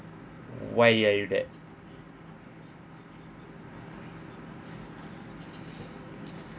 why did I do that